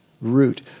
root